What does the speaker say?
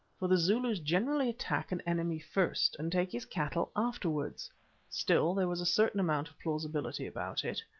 for the zulus generally attack an enemy first and take his cattle afterwards still, there was a certain amount of plausibility about it.